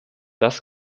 das